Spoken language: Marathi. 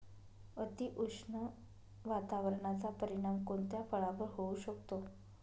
अतिउष्ण वातावरणाचा परिणाम कोणत्या फळावर होऊ शकतो?